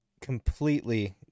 completely